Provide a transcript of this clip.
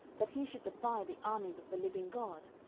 that he should defy the armies of the living god?